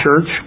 church